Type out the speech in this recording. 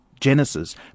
Genesis